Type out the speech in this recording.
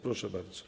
Proszę bardzo.